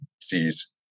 sees